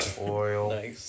Oil